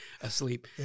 asleep